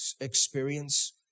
experience